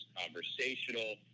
conversational